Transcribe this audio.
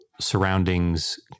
surroundings